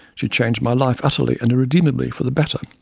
she changed my life, utterly and irredeemably for the better,